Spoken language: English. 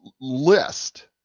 list